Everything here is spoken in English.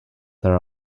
their